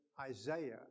Isaiah